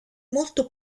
molto